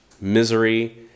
misery